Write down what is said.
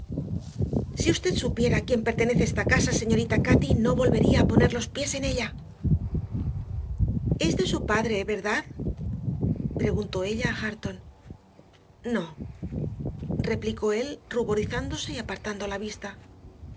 si usted supiera a quién pertenece esta casa señorita cati no volvería a poner los pies en ella es de su padre verdad preguntó ella a hareton no replicó él ruborizándose y apartando la vista